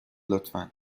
لطفا